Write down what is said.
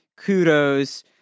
kudos